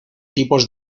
tipos